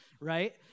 right